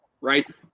Right